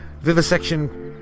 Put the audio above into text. Vivisection